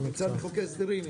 זה נמצא בחוק ההסדרים.